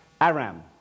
Aram